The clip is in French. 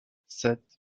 sept